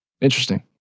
interesting